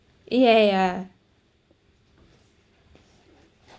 ya ya ya